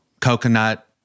coconut